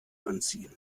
anziehen